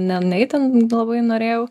ne ne itin labai norėjau